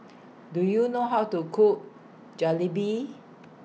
Do YOU know How to Cook Jalebi